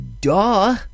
duh